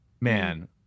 man